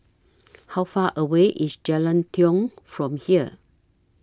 How Far away IS Jalan Tiong from here